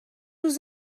روز